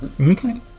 Okay